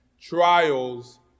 trials